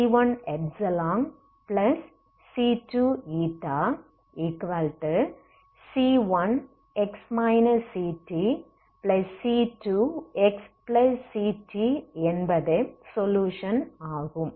uξηc1c2c1x ctc2xct என்பதே solution ஆகும்